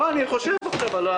לא, אני חושב עכשיו.